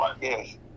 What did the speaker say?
Yes